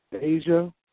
Asia